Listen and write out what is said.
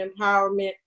Empowerment